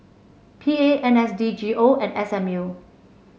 P A N S D G O and S M U